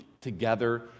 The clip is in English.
together